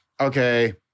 okay